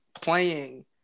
playing